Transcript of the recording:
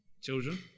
Children